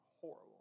Horrible